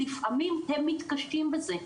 לפעמים הם מתקשים בזה.